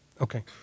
Okay